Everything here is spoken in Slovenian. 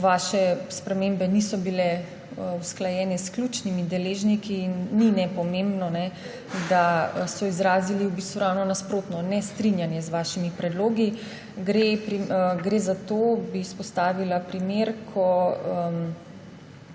Vaše spremembe niso bile usklajene s ključnimi deležniki in ni nepomembno, da so izrazili v bistvu ravno nasprotno, nestrinjanje z vašimi predlogi. Gre za to, izpostavila bi primer, ko